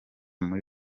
muri